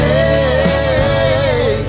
Hey